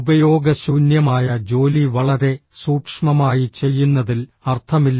ഉപയോഗശൂന്യമായ ജോലി വളരെ സൂക്ഷ്മമായി ചെയ്യുന്നതിൽ അർത്ഥമില്ല